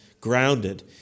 grounded